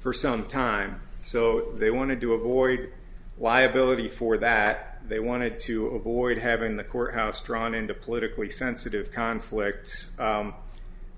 for some time so they wanted to avoid liability for that they wanted to avoid having the court house drawn into politically sensitive conflicts